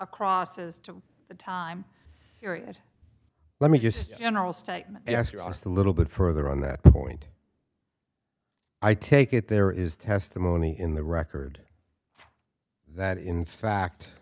a cross as to the time period let me just general statement as your last a little bit further on that point i take it there is testimony in the record that in fact